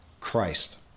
Christ